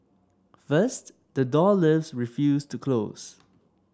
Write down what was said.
first the door lifts refused to close